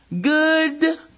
Good